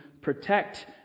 protect